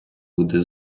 буде